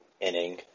inning